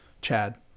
Chad